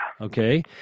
Okay